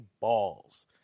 balls